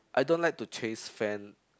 I don't like to chase fan